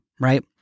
right